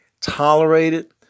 tolerated